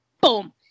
boom